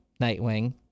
Nightwing